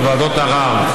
בוועדות ערר,